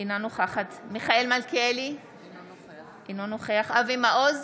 אינה נוכחת מיכאל מלכיאלי, אינו נוכח אבי מעוז,